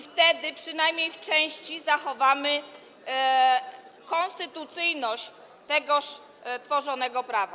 Wtedy przynajmniej w części zachowamy konstytucyjność tegoż tworzonego prawa.